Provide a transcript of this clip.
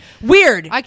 weird